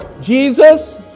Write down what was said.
Jesus